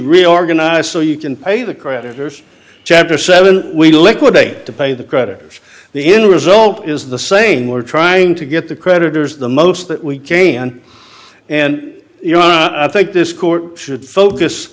reorganize so you can pay the creditors chapter seven we liquidate to pay the creditors the end result is the same we're trying to get the creditors the most that we can and you know i don't think this court should focus